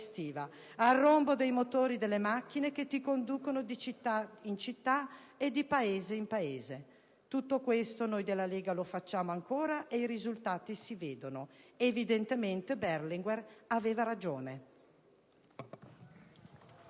al rombo dei motori delle macchine che ti conducono di città in città e di paese in paese. Tutto questo, noi della Lega lo facciamo ancora e i risultati si vedono. Evidentemente, Berlinguer aveva ragione.